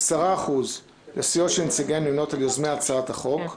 10% לסיעות שנציגיהן נמנים על יוזמי הצעות החוק --- רגע,